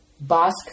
Basque